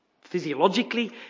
Physiologically